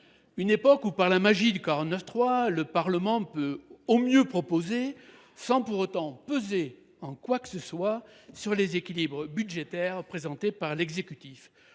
Une époque où, par la magie du 49.3, le Parlement peut au mieux soumettre ses propositions, sans pour autant peser en quoi que ce soit sur les équilibres budgétaires présentés par l’exécutif.